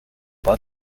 bud